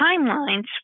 timelines